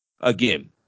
Again